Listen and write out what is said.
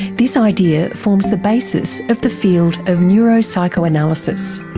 this idea forms the basis of the field of neuro-psychoanalysis.